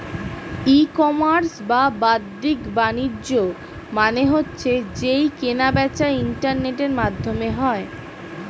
ই commerce বা বাদ্দিক বাণিজ্য মানে হচ্ছে যেই কেনা বেচা ইন্টারনেটের মাধ্যমে হয়